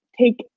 take